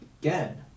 again